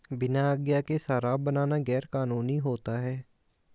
बिना आज्ञा के शराब बनाना गैर कानूनी होता है